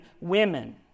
women